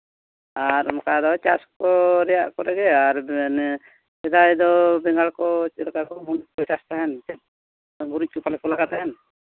ᱟᱨ ᱚᱱᱠᱟ ᱫᱚ ᱪᱟᱥ ᱠᱚ ᱨᱮᱭᱟᱜ ᱜᱮ ᱟᱨ ᱢᱟᱱᱮ ᱥᱮᱫᱟᱭ ᱫᱚ ᱵᱮᱸᱜᱟᱲ ᱠᱚ ᱪᱮᱫ ᱞᱮᱠᱟ ᱠᱚ ᱦᱩᱲᱩ ᱠᱚ ᱪᱟᱥ ᱛᱟᱦᱮᱱ ᱜᱩᱨᱤᱡ ᱠᱚ ᱯᱟᱞᱮᱱ ᱠᱚ ᱞᱟᱜᱟᱣ ᱛᱟᱦᱮᱱ